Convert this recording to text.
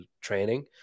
training